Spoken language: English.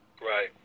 Right